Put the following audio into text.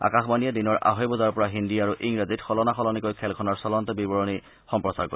আকাশবাণীয়ে দিনৰ আঢ়ৈ বজাৰ পৰা হিন্দী আৰু ইংৰাজীত সলনা সলনিকৈ খেলখনৰ চলন্ত বিৱৰণী সম্প্ৰচাৰ কৰিব